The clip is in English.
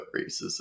racism